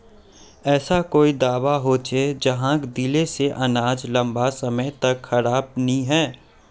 ऐसा कोई दाबा होचे जहाक दिले से अनाज लंबा समय तक खराब नी है?